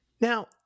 Now